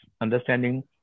understanding